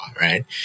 right